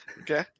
Okay